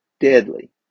deadly